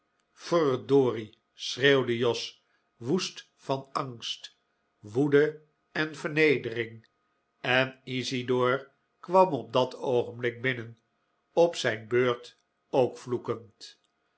schreeuwde jos woest van angst woede en vernedering en isidor kwam op dat oogenblik binnen op zijn beurt